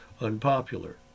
unpopular